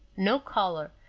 no color,